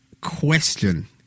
question